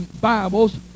Bibles